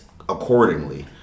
accordingly